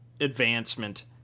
advancement